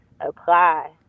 apply